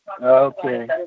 Okay